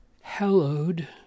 hallowed